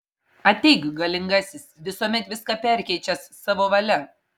ateik galingasis visuomet viską perkeičiąs savo valia